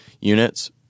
units